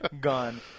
gone